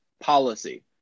policy